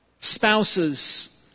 spouses